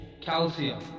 calcium